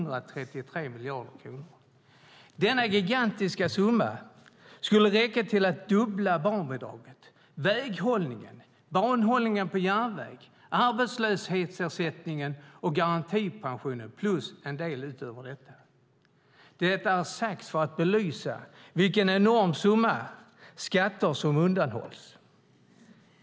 Denna gigantiska summa skulle räcka till att dubbla barnbidraget, väghållningen, banhållningen på järnväg, arbetslöshetsersättningen och garantipensionen samt en del utöver detta. Det sagt för att belysa vilken enorm summa skatter som undanhålls.